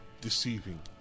deceiving